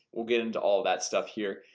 we'll get into all that stuff here.